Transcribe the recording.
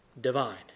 divine